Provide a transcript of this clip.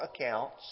accounts